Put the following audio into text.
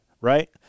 right